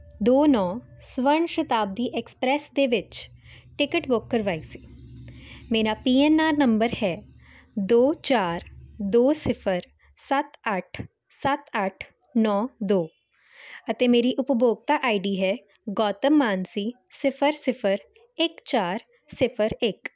ਦੋ ਨੌ ਸਵਰਨ ਸ਼ਤਾਬਦੀ ਐਕਸਪ੍ਰੈਸ ਦੇ ਵਿੱਚ ਟਿਕਟ ਬੁੱਕ ਕਰਵਾਈ ਸੀ ਮੇਰਾ ਪੀ ਐਨ ਆਰ ਨੰਬਰ ਹੈ ਦੋ ਚਾਰ ਦੋ ਸਿਫਰ ਸੱਤ ਅੱਠ ਸੱਤ ਅੱਠ ਨੌ ਦੋ ਅਤੇ ਮੇਰੀ ਉਪਭੋਗਤਾ ਆਈ ਡੀ ਹੈ ਗੌਤਮ ਮਾਨਸੀ ਸਿਫਰ ਸਿਫਰ ਇੱਕ ਚਾਰ ਸਿਫਰ ਇੱਕ